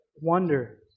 wonder